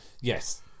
Yes